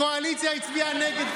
הקואליציה הצביעה נגד.